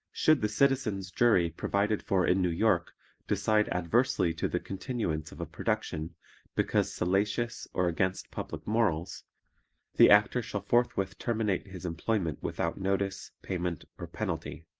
should the citizens' jury provided for in new york decide adversely to the continuance of a production because salacious or against public morals the actor shall forthwith terminate his employment without notice, payment or penalty.